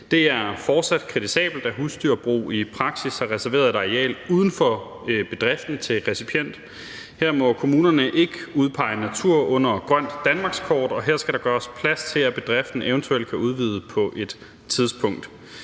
Det er fortsat kritisabelt, at husdyrbrug i praksis er reserveret et areal uden for bedriften til recipient, her må kommunerne ikke udpege natur under Grønt Danmarkskort, og her skal der gøres plads til, at bedriften eventuelt kan udvide på et tidspunkt.